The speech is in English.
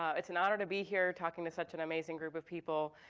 it's an honor to be here, talking to such an amazing group of people.